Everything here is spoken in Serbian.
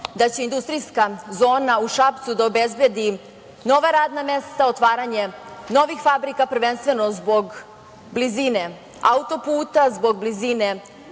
da će industrijska zona u Šapcu obezbediti nova radna mesta otvaranjem novih fabrika, prvenstveno zbog blizine autoputa, zbog blizine